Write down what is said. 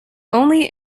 only